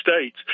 states